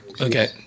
Okay